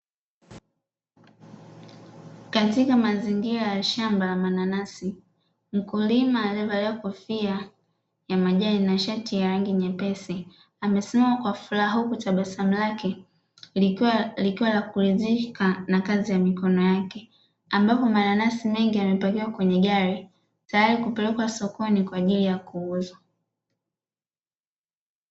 Katika mazingira ya shamba la mananasi mkulima alie valia kofia ya majani na sharti ya rangi nyepesi amesimama kwa furaha huku tabasamu lake likiwa la kuridhika na kazi ya mikono yake ambapo mananasi mengi yamepakiwa kwenye gari tayari kupelekwa sokoni kwa ajili ya kuuzwa.